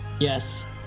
Yes